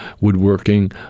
woodworking